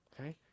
Okay